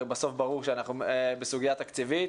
הרי בסוף ברור שאנחנו בסוגיה תקציבית.